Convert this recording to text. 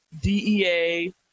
DEA